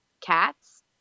cats